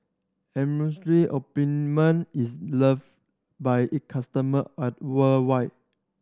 ointment is love by it customer at worldwide